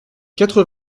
quatre